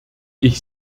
ich